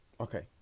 Okay